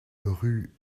rue